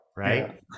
Right